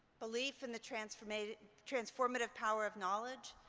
belief in the transformative transformative power of knowledge,